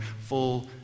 full